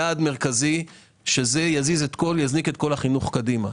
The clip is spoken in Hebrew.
יעד מרכזי שזה יזניק את כל החינוך קדימה.